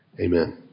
Amen